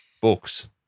Books